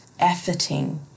efforting